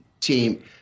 team